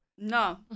No